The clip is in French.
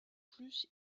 plus